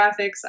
graphics